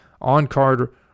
On-card